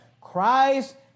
Christ